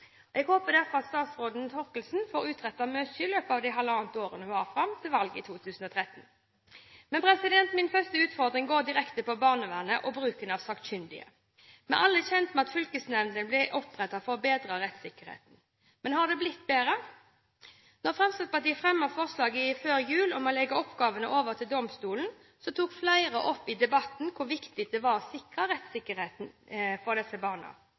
Jeg håper derfor at statsråd Thorkildsen får utrettet mye i løpet av det halvannet året hun har fram til valget i 2013. Min første utfordring går direkte på barnevernet og bruken av sakkyndige. Vi er alle kjent med at fylkesnemndene ble opprettet for å bedre rettssikkerheten. Men har det blitt bedre? Når Fremskrittspartiet fremmet forslag før jul om å legge oppgavene over til domstolen, tok flere opp i debatten hvor viktig det var å sikre rettssikkerheten for disse barna.